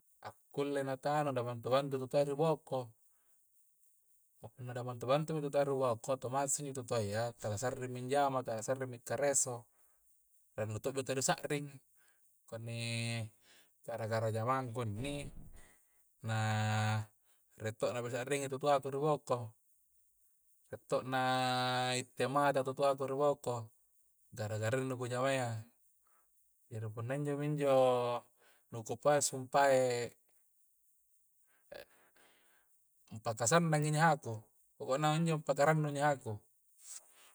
Akulle na tanung na bantu-bantu tu taue riboko punna na bantu-bantu intu taue ri boko otomatis injo tu toaya tala sa'ringmi anjama tala sa'ringmi akkareso rennu to intu di sa'ring kunni gara-gara jamangku inni na rie to na ku sa'ringi intu tu toaku riboko re to' na na itte mata tu toaku ri boko gara-gara ringku jamang-jamangya jari punna injo mi njo nu ku pae sumpae pakasannangi nyahaku pokoknya injo pakarannungi nyahaku